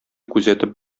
күзәтеп